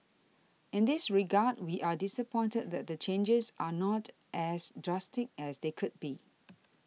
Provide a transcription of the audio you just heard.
in this regard we are disappointed that the changes are not as drastic as they could be